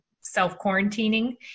self-quarantining